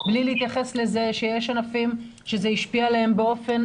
בלי להתייחס לזה שיש ענפים שזה השפיע עליהם באופן